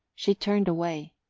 she turned away,